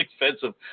expensive